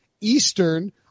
Eastern